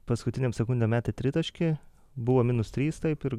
paskutinėm sekundėm metė tritaškį buvo minus trys taip ir